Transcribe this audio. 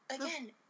again